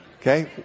Okay